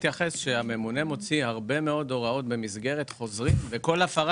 הממונה מוציא הרבה מאוד הוראות במסגרת חוזרים וכל הפרה